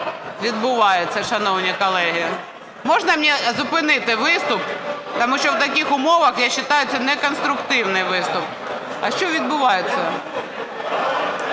відбувається, шановні колеги. Можна мені зупинити виступ? Тому що в таких умовах, я вважаю, це не конструктивний виступ. А що відбувається?